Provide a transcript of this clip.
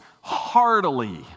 heartily